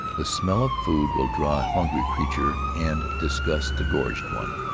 the smell of food will draw a hungry creature and disgust a gorged one.